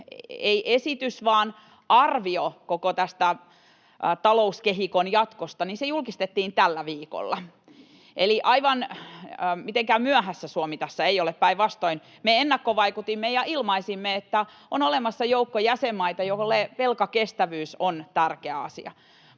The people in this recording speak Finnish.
ei esitys — koko tästä talouskehikon jatkosta julkistettiin tällä viikolla. Eli mitenkään myöhässä Suomi tässä ei ole, päinvastoin me ennakkovaikutimme ja ilmaisimme, että on olemassa joukko jäsenmaita, joille velkakestävyys on tärkeä asia.